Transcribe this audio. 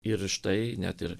ir štai net ir